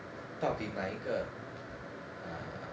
到底哪一个啊